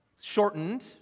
shortened